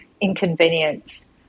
inconvenience